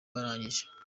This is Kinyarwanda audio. barangije